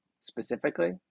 specifically